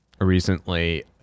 recently